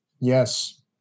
Yes